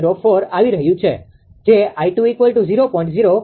004 આવી રહ્યું છે જે 𝐼2 0